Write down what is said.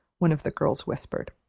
one of the girls whispered.